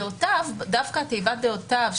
דווקא התיבה "דעותיו",